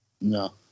No